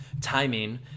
timing